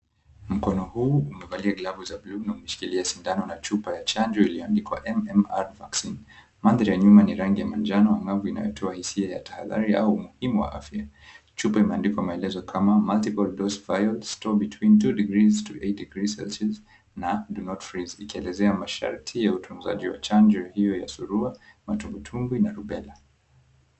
Mkono huu umevalia glavu za bluu na umeshikilia sindano na chupa ya chanjo iliyoandikwa MMR Vaccine. Mandhari ya nyuma ni rangi ya manjano angavu inayotoa hisia ya tahadhari au umuhimi wa afya. Chupa imeandikwa maelezo kama, Multiple Dose Vials Store Between 2 Degrees to 8 Degrees Celcius na Do Not Freeze ikielezea masharti ya utunzaji wa chanjo hio ya surua, matumbwitumbwi na rubela.